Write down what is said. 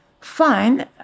fine